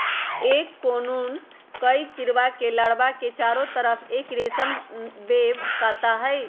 एक कोकून कई कीडड़ा के लार्वा के चारो तरफ़ एक रेशम वेब काता हई